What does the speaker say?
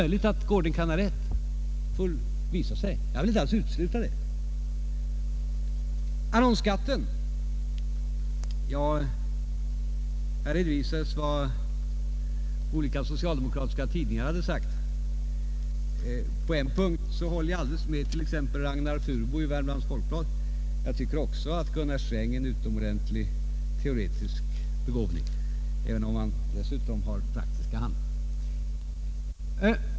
Jag vill emellertid inte alls utesluta att Gårding kan ha rätt — det får visa sig. tiska tidningar skrivit. På en punkt håller jag helt med t.ex. Ragnar Furbo i Värmlands Folkblad. Jag tycker också att Gunnar Sträng är en utomordentlig teoretisk begåvning, även om han dessutom har praktiskt handlag.